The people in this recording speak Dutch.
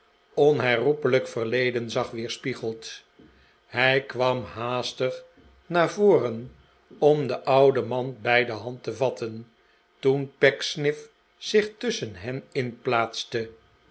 onherroepelijk verleden zag weerspiegeld hij kwam haastig naar vorem om den ouden man bij de hand te vatten toen pecksniff zich tusschen hen in